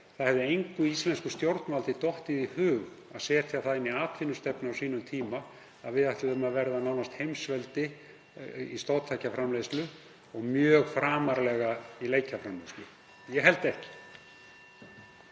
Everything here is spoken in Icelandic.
og CCP. Engu íslensku stjórnvaldi hefði dottið í hug að setja það inn í atvinnustefnu á sínum tíma (Forseti hringir.) að við ætluðum að verða nánast heimsveldi í stoðtækjaframleiðslu og mjög framarlega í leikjaframleiðslu. Ég held ekki.